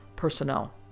personnel